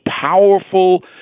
powerful